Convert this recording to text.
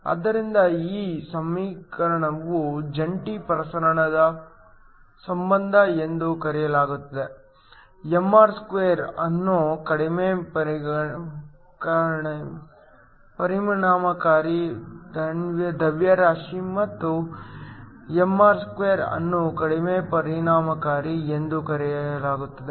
ಆದ್ದರಿಂದ ಈ ಸಮೀಕರಣವನ್ನು ಜಂಟಿ ಪ್ರಸರಣ ಸಂಬಂಧ ಎಂದು ಕರೆಯಲಾಗುತ್ತದೆ ಅನ್ನು ಕಡಿಮೆ ಪರಿಣಾಮಕಾರಿ ದ್ರವ್ಯರಾಶಿ ಮತ್ತು ಅನ್ನು ಕಡಿಮೆ ಪರಿಣಾಮಕಾರಿ ಎಂದು ಕರೆಯಲಾಗುತ್ತದೆ